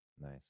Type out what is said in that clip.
Nice